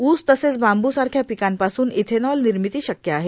ऊस तसेच बांबूसारख्या पिकांपासून इथॅनोल निर्मिती शक्य आहे